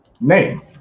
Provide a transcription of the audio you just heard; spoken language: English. name